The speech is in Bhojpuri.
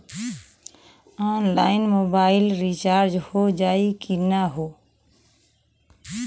ऑनलाइन मोबाइल रिचार्ज हो जाई की ना हो?